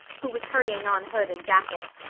who was hurrying on hood and jacket.